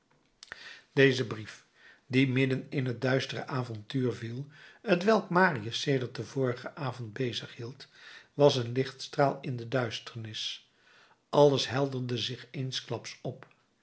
deze brief die midden in het duistere avontuur viel t welk marius sedert den vorigen avond bezighield was een lichtstraal in de duisternis alles helderde zich eensklaps op